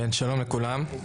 שלום לכולם.